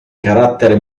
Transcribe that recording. carattere